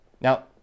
now